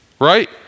right